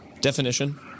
Definition